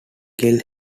kills